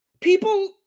people